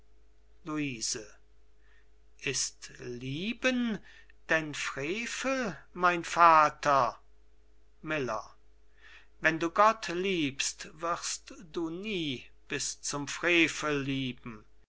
luise ist lieben denn frevel mein vater miller wenn du gott liebst wirst du nie bis zum frevel